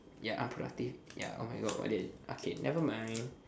ya unproductive ya oh my god why did I okay nevermind